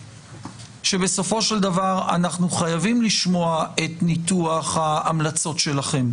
שבסופו של דבר אנחנו חייבים לשמוע את ניתוח ההמלצות שלכם.